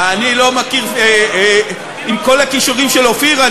עם כל הכישורים של אופיר,